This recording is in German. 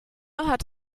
hat